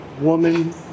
woman